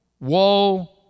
woe